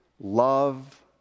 love